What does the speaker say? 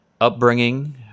upbringing